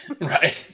Right